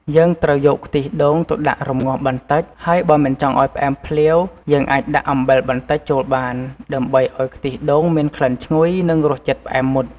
យើងត្រូវយកខ្ទិះដូងទៅដាក់រំងាស់បន្តិច ហើយបើមិនចង់ឱ្យផ្អែមភ្លាវ យើងអាចដាក់អំបិលបន្តិចចូលបាន ដើម្បីឱ្យខ្ទិះដូងមានក្លិនឈ្ងុយ និងរសជាតិផ្អែមមុត។